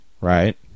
right